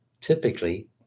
Typically